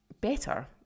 better